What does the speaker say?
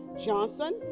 Johnson